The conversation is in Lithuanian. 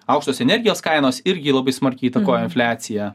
aukštos energijos kainos irgi labai smarkiai įtakoja infliaciją